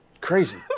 Crazy